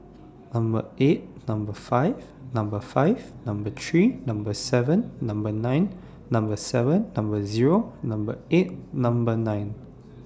Number eight Number five Number five Number three Number seven Number nine Number seven Number Zero Number eight Number nine